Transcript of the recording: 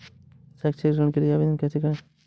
शैक्षिक ऋण के लिए आवेदन कैसे करें?